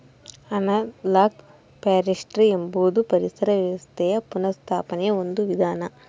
analogue forestry ಎಂಬುದು ಪರಿಸರ ವ್ಯವಸ್ಥೆಯ ಪುನಃಸ್ಥಾಪನೆಯ ಒಂದು ವಿಧಾನ